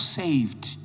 saved